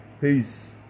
peace